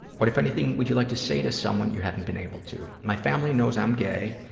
what, if anything, would you like to say to someone you haven't been able to? my family knows i'm gay,